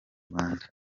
rwanda